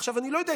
אני לא יודע,